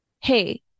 Hey